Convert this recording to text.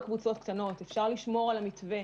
בצורה מסוימת,